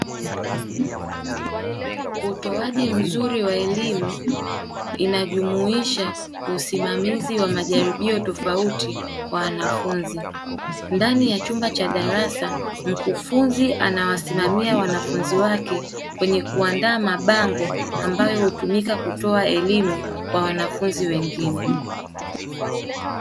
Utoaji mzuri wa elimu inajumuisha usimamizi wa majaribio tofauti Kwa wanafunzi. Ndani ya chumba cha darasa mkufunzi anawasimamia wanafunzi wake kwenye kuandaa mabango ambayo hutumika kutoa elimu kwa wanafunzi wengine.